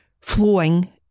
flowing